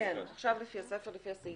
עכשיו לפי הסעיפים.